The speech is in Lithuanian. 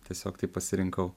tiesiog taip pasirinkau